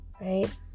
Right